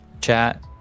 chat